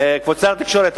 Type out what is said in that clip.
כבוד שר התקשורת,